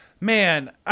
Man